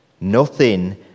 Nothing